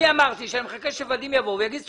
אני אמרתי שאני מחכה ש-ודים יבוא ויגיד סכומים.